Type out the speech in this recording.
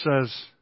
says